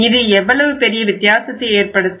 இது எவ்வளவு பெரிய வித்தியாசத்தை ஏற்படுத்தும்